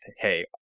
hey